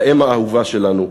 לאם האהובה שלנו.